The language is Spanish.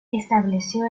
estableció